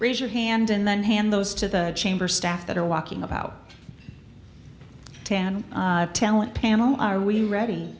raise your hand and then hand those to the chamber staff that are walking about ten talent panel are we ready